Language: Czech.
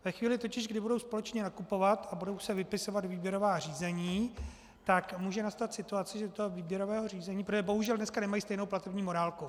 Ve chvíli totiž, kdy budou společně nakupovat a budou se vypisovat výběrová řízení, tak může nastat situace, že z toho výběrového řízení protože bohužel dnes nemají stejnou platební morálku.